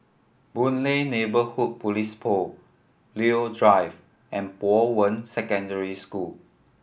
Boon Lay Neighbourhood Police Post Leo Drive and Bowen Secondary School